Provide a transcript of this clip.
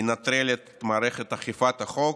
ננטרל את מערכת אכיפת החוק,